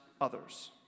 others